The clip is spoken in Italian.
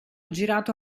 girato